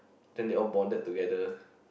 then they all bonded together